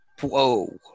Whoa